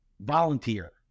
Volunteer